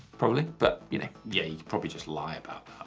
probably. but you know yeah probably just lie about